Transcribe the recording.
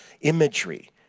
imagery